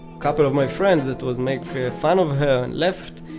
couple of my friends that was make fun of her and laughed.